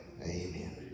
amen